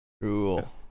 cool